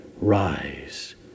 rise